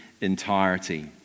entirety